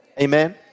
Amen